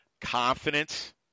confidence